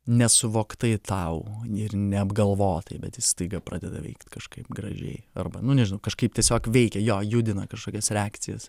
nesuvoktai tau ir neapgalvotai bet jis staiga pradeda veikt kažkaip gražiai arba nu nežinau kažkaip tiesiog veikia jo judina kažkokias reakcijas